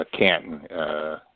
Canton